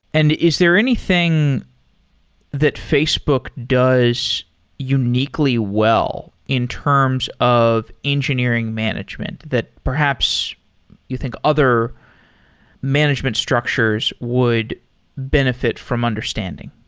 and is there anything that facebook does uniquely well in terms of engineering management that perhaps you think other management structures would benefit from understanding?